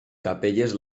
capelles